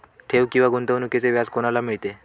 ठेव किंवा गुंतवणूकीचे व्याज कोणाला मिळते?